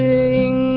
Sing